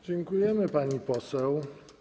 Dziękujemy, pani poseł.